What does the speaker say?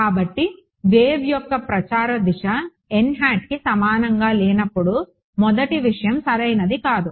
కాబట్టి వేవ్ యొక్క ప్రచార దిశ కి సమానంగా లేనప్పుడు మొదటి విషయం సరైనది కాదు